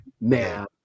man